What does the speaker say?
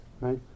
right